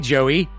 Joey